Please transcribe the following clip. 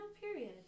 period